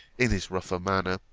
in his rougher manner,